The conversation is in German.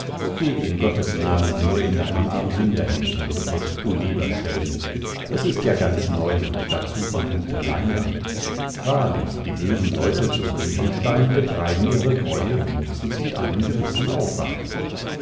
geh in gottes namen nur in deinem armsünderhemdchen zu bett du liebet schelm es ist ja ganz neu und dazu von guter leinwand wahrlich die bösen leute zu ruechenstein betreiben ihre greuel wenigstens mit einem gewissen aufwand